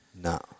no